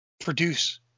produce